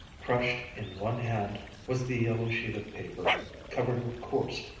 crushed in one hand was the yellow sheet of paper covered with coarse,